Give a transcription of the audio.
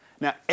Now